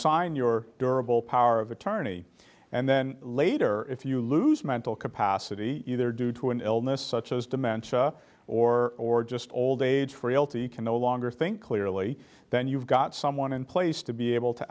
durable power of attorney and then later if you lose mental capacity either due to an illness such as dementia or or just old age frailty can no longer think clearly then you've got someone in place to be able to